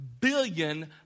billion